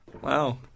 Wow